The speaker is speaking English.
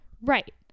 Right